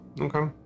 Okay